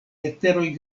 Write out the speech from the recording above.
leteroj